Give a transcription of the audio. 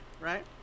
right